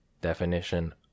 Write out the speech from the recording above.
Definition